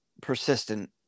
persistent